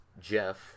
Jeff